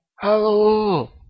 Hello